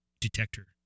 detector